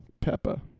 Peppa